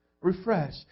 Refresh